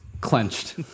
clenched